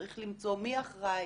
צריך למצוא מי אחראי,